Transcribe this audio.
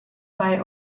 bei